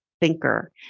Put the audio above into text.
thinker